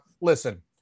Listen